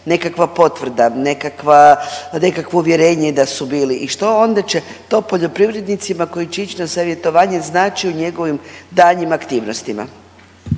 nekakva potvrda, nekakvo uvjerenje da su bili i što onda će to poljoprivrednicima koji će ići na savjetovanje znači u njegovim daljnjim aktivnostima?